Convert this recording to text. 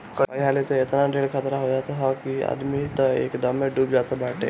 कई हाली तअ एतना ढेर खतरा हो जात हअ कि आदमी तअ एकदमे डूब जात बाटे